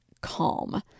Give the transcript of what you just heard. calm